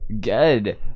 Good